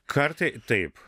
kartai taip